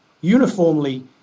uniformly